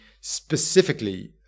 specifically